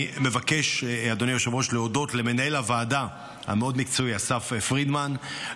אני מבקש להודות למנהל הוועדה המאוד-מקצועי אסף פרידמן,